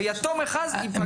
שיתום אחד יפגע.